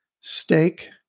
Steak